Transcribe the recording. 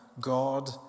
God